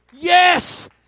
Yes